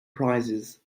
prizes